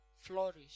flourish